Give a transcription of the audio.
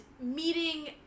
meeting